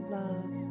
love